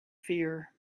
fear